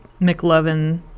McLovin